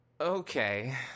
Okay